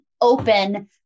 open